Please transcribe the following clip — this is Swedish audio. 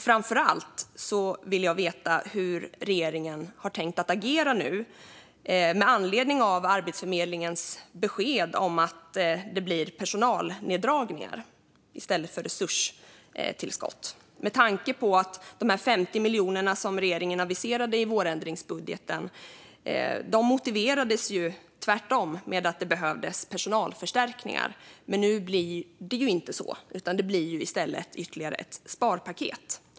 Framför allt vill jag veta hur regeringen har tänkt agera nu med anledning av Arbetsförmedlingens besked om att det blir personalneddragningar i stället för resurstillskott. De 50 miljoner som regeringen aviserade i vårändringsbudgeten motiverades ju med att det behövdes personalförstärkningar, men nu blir det inte så. Det blir i stället ytterligare ett sparpaket.